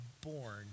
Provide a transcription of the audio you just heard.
born